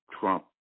Trump